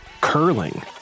curling